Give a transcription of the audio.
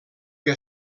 que